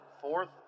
Fourth